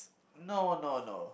no no no